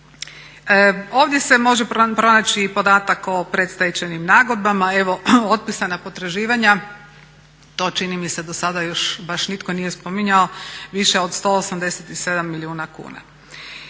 Ovdje se može pronaći i podatak o predstečajnim nagodbama. Evo otpisana potraživanja to čini mi se dosada još baš nitko nije spominjao, više od 187 milijuna kuna.